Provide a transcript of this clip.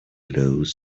loews